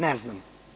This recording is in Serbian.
Ne znam.